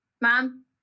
mom